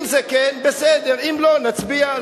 אם זה כן, בסדר, אם לא, נצביע.